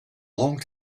long